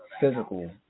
physical